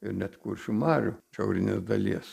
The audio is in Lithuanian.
ir net kuršių marių šiaurinės dalies